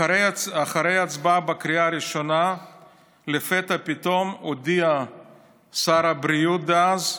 אחרי ההצבעה בקריאה הראשונה לפתע פתאום הודיע שר הבריאות דאז,